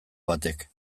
batek